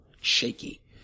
shaky